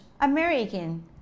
American